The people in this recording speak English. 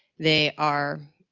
they are